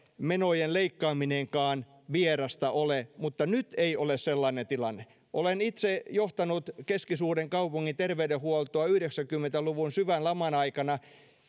menojen leikkaaminenkaan vierasta ole mutta nyt ei ole sellainen tilanne olen itse johtanut keskisuuren kaupungin terveydenhuoltoa yhdeksänkymmentä luvun syvän laman aikana